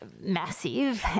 massive